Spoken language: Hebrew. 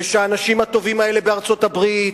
ושהאנשים הטובים האלה בארצות-הברית,